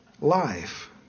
Life